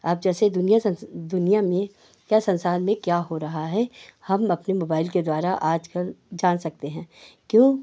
अब जैसे दुनिया संस दुनिया में या संसार में क्या हो रहा है हम अपने मोबाइल के द्वारा आजकल जान सकते हैं क्यों